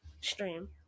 stream